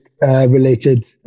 Related